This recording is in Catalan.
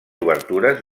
obertures